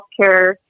healthcare